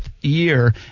year